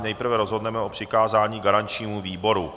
Nejprve rozhodneme o přikázání garančnímu výboru.